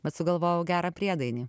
bet sugalvojau gerą priedainį